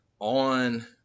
on